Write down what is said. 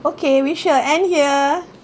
okay we shall end here